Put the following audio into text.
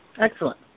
Excellent